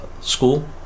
school